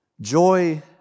Joy